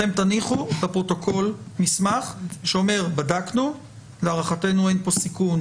אתם תניחו לפרוטוקול מסמך שאומר שבדקתם ולהערכתכם אין פה סיכון,